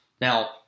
Now